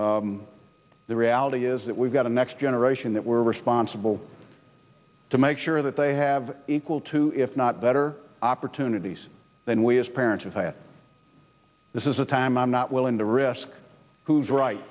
that the reality is that we've got a next generation that we're responsible to make sure that they have equal to if not better opportunities than we as parents if i have this is the time i'm not willing to risk who's right